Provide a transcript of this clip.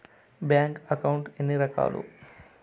bank account ఎన్ని రకాలు